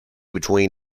between